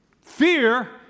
Fear